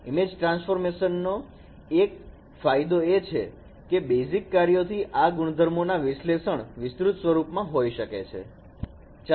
image transformation નો એક ફાયદો એ છે કે બેઝિક કાર્યોથી આ ગુણધર્મો ના વિશ્લેષણ વિસ્તૃત સ્વરૂપમાં હોઈ શકે છે